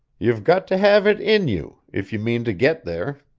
you've got to have it in you, if you mean to get there.